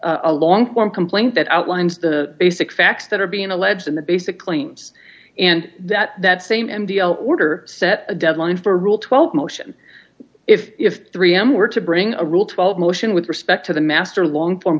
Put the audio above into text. a long form complaint that outlines the basic facts that are being alleged in the basic claims and that that same m t l order set a deadline for rule twelve motion if three am were to bring a rule twelve motion with respect to the master long form